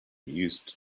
used